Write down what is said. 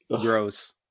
Gross